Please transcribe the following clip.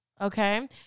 okay